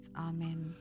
Amen